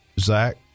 Zach